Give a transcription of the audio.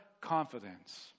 confidence